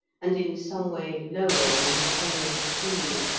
and in some way lowered in his own esteem,